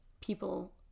people